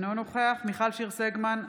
אינו נוכח מיכל שיר סגמן,